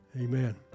Amen